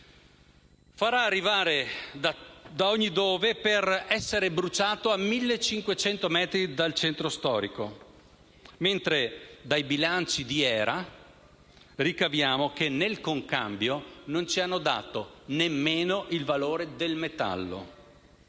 farà arrivare da ogni dove per essere bruciato a mille e cinquecento metri dal centro storico; mentre dai bilanci di Era ricaviamo che nel concambio non ci hanno dato nemmeno il valore del metallo.